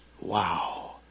wow